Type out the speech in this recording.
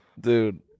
Dude